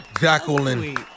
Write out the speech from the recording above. Jacqueline